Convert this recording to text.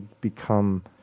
become